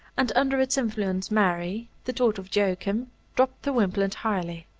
and under its influence mary, the daughter of joachim, dropped the wimple entirely,